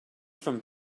from